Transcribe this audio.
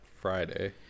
friday